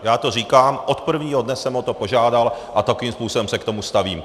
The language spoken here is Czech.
Já to říkám, od prvního dne jsem o to požádal a takovým způsobem se k tomu stavím.